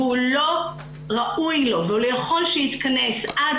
והוא לא ראוי ולא יכול שהוא יתכנס עד